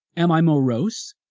am i morose,